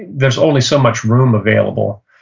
there's only so much room available,